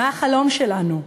מה החלום שלנו?